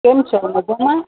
કેમ છો મજામાં